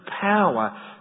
power